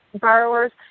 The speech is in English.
borrowers